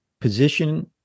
position